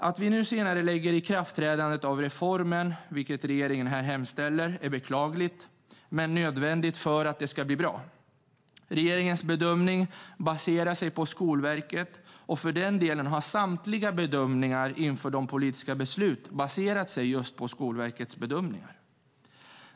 Att vi nu senarelägger ikraftträdandet av reformen, vilket regeringen här hemställer om, är beklagligt men nödvändigt för att det ska bli bra. Regeringens bedömning baserar sig på Skolverkets uppgifter, och för den delen har samtliga bedömningar inför de politiska besluten baserat sig på Skolverkets uppgifter.